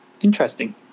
Interesting